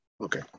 okay